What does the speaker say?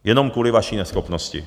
Jenom kvůli vaší neschopnosti.